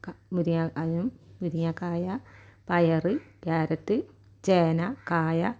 മുരിങ്ങക്കായും മുരിങ്ങക്കായ പയർ കേരറ്റ് ചേന കായ